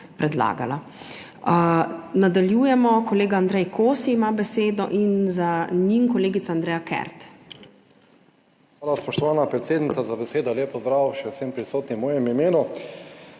predlagala. Nadaljujemo, kolega Andrej Kosi ima besedo in za njim kolegica Andreja Kert. **ANDREJ KOSI (PS SDS):** Hvala, spoštovana predsednica, za besedo. Lep pozdrav še vsem prisotnim v mojem imenu.